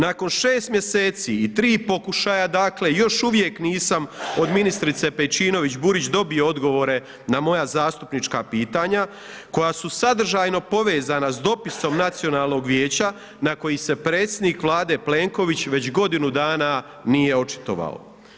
Nakon 6. mj. i 3 pokušaja dakle, još uvijek nisam od ministrice Pejčinović Burić dobio odgovore na moja zastupnička pitanja koja su sadržajno povezana sa dopisom Nacionalnog vijeća na koji se predsjednik Vlade Plenković već godinu dana nije očitovao.